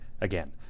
again